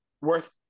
worth